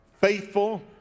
Faithful